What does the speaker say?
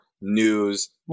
news